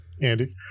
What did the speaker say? Andy